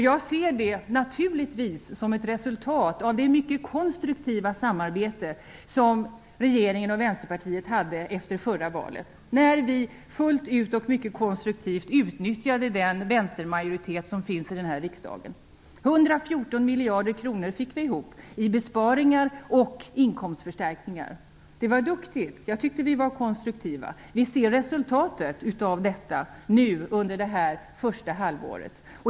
Jag ser det naturligtvis som ett resultat av det mycket konstruktiva samarbete som regeringen och Vänsterpartiet hade efter förra valet när vi fullt ut och mycket konstruktivt utnyttjade vänstermajoriteten som finns i den här riksdagen. Vi fick 114 miljarder kronor i besparingar och inkomstförstärkningar. Det var duktigt. Jag tycker att vi var konstruktiva. Vi har sett resultatet av detta under det första halvåret.